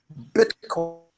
Bitcoin